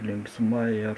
linksma ir